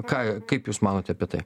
ką kaip jūs manote apie tai